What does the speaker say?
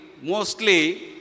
mostly